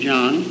John